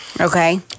Okay